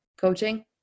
coaching